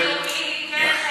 כבוד היושב-ראש,